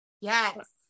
Yes